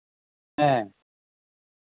ᱦᱮᱸ